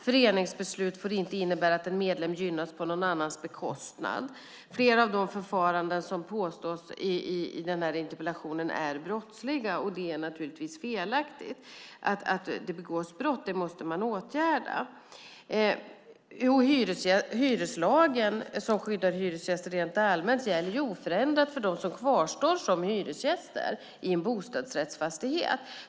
Föreningsbeslut får inte innebära att en viss medlem gynnas på någon annans bekostnad. Flera av de förfaranden som tas upp i interpellationen är brottsliga. Det är naturligtvis felaktigt att det begås brott, och det måste man åtgärda. Hyreslagen, som skyddar hyresgäster rent allmänt, gäller oförändrat för dem som kvarstår som hyresgäster i en bostadsrättsfastighet.